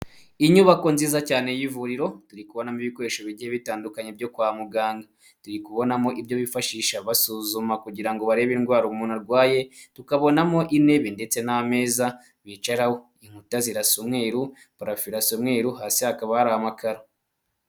Inyubako nziza cyane y'ivuriro turi kubonamo ibikoresho bigiye bitandukanye byo kwa muganga, turi kubonamo ibyo bifashisha basuzuma kugira ngo barebe indwara umuntu arwaye, tukabonamo intebe ndetse n'amezaza bicaraho, inkuta zirasa umweruru, parafo irasa umweru, hasi hakaba hari amakaro.